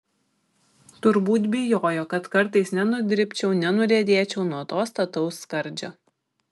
turbūt bijojo kad kartais nenudribčiau nenuriedėčiau nuo to stataus skardžio